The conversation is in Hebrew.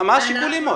מה השיקולים?